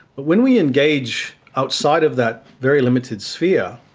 but when we engage outside of that very limited sphere,